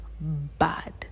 bad